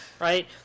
right